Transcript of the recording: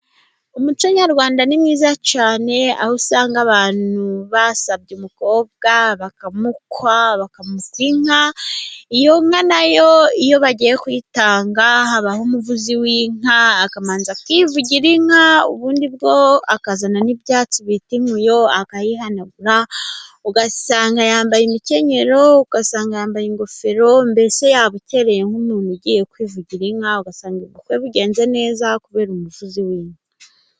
Umuco nyarwanda ni mwiza cyane, aho usanga abantu basabye umukobwa bakamukwa, bakamukwa inka, iyo nka nayo iyo bagiye kuyitanga habaho umuvuzi w'inka, akabanza akavugira inka, ubundi bwo akazana n'ibyatsi bita inkuyo akayihanagura, ugasanga yambaye imikenyero, ugasanga yambaye ingofero, mbese yabukereye, nk'umuntu ugiye kwivugira inka, ugasanga ubukwe bugenze neza kubera umuvuzi w'inka.